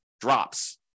drops